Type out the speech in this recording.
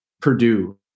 Purdue